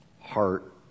heart